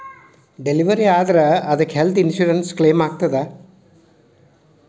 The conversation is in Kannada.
ಡಿಲೆವರಿ ಆದ್ರ ಅದಕ್ಕ ಹೆಲ್ತ್ ಇನ್ಸುರೆನ್ಸ್ ಕ್ಲೇಮಾಗ್ತದ?